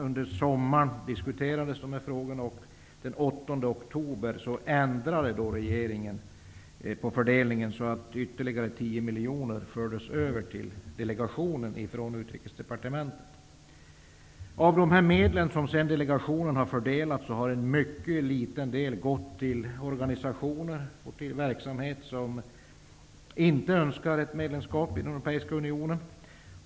Under sommaren diskuterades dessa frågor, och den 8 oktober ändrade regeringen fördelningen så att ytterligare 10 miljoner fördes över till delegationen från Utrikesdepartementet. Av de medel som delegationen har fördelat har en mycket liten del gått till organisationer och verksamhet som inte önskar ett medlemskap i den europeiska unionen.